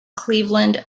cleveland